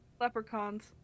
Leprechauns